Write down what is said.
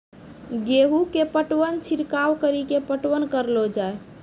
गेहूँ के पटवन छिड़काव कड़ी के पटवन करलो जाय?